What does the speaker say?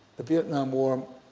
the vietnam war